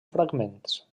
fragments